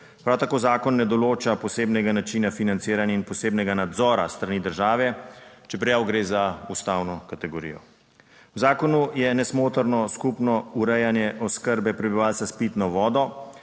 Prav tako zakon ne določa posebnega načina financiranja in posebnega nadzora s strani države, čeprav gre za ustavno kategorijo. V zakonu je nesmotrno skupno urejanje oskrbe prebivalstva s pitno vodo